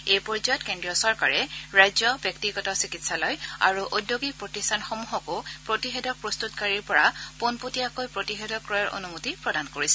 এই পৰ্যায়ত কেন্দ্ৰীয় চৰকাৰে ৰাজ্য ব্যক্তিগত চিকিৎসালয় আৰু ঔদ্যোগিক প্ৰতিষ্ঠানসমূহকো প্ৰতিষেধক প্ৰস্তুতকাৰীৰ পৰা পোনপটীয়াকৈ প্ৰতিষেধক ক্ৰয়ৰ অনুমতি প্ৰদান কৰিছে